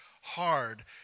hard